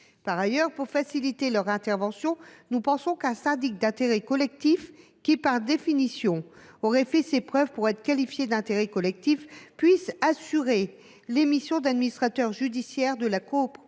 Par ailleurs, pour faciliter leur intervention, nous pensons qu’un syndic d’intérêt collectif qui, par définition, aurait fait ses preuves, cette qualification, doit pouvoir assurer les missions d’administrateur judiciaire de la copropriété.